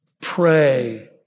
pray